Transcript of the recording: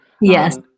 yes